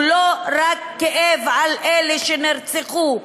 הוא לא רק כאב על אלה שנרצחו,